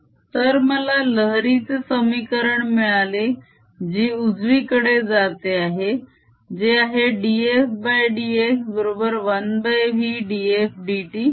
∂u∂t v∂f∂u ∂f∂x∂f∂u 1v∂f∂t तर मला लहरीचे समीकरण मिळाले जी उजवीकडे जाते आहे जे आहे dfdx बरोबर 1v df dt